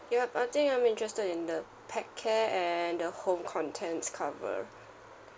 yup I think I'm interested in the pet care and the home contents cover